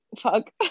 fuck